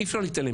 אי אפשר להתעלם.